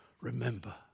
remember